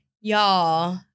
Y'all